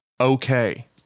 okay